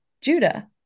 judah